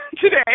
today